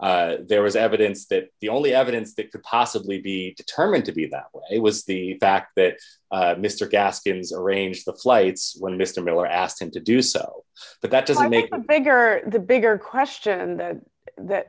rep there was evidence that the only evidence that could possibly be determined to be that it was the fact that mr gaskins arranged the flights when mr miller asked him to do so but that doesn't make the bigger the bigger question and that